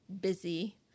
busy